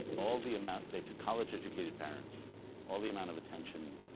all the amount they took college-educated parents all the amount of attention